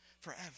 forever